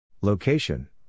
Location